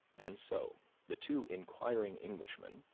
and so the two inquiring englishmen,